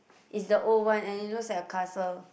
it's the old one and it looks like a castle